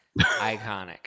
Iconic